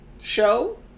show